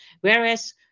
whereas